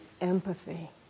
empathy